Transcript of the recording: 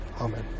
Amen